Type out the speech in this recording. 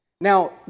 Now